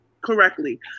correctly